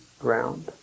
ground